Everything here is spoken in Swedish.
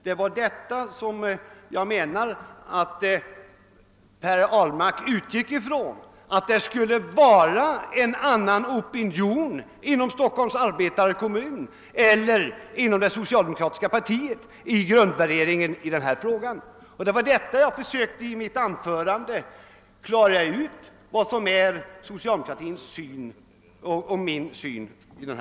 Herr Ahlmark utgick alltså från att det skulle finnas en annan opinion inom Stockholms ar betarekommun eller inom det socialdemokratiska partiet när det gäller grundvärderingen i denna fråga, och det var därför jag i mitt anförande försökte klara ut vad som är socialdemokratins och min syn på saken.